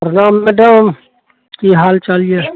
प्रणाम मैडम की हाल चाल यऽ